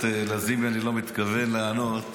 לזימי אני לא מתכוון לענות.